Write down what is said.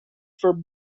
for